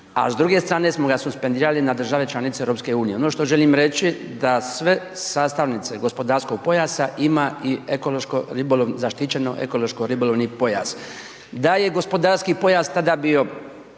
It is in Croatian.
a s druge strane smo ga suspendirali na države članice EU. Ono što želim reći da sve sastavnice gospodarskog pojasa ima i ekološko ribolovni, zaštićeno ekološko ribolovni pojas. Da je gospodarski pojas tada bio